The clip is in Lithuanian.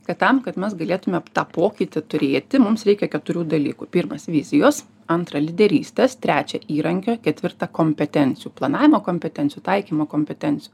kad tam kad mes galėtume tą pokytį turėti mums reikia keturių dalykų pirmas vizijos antra lyderystės trečia įrankio ketvirta kompetencijų planavimo kompetencijų taikymo kompetencijų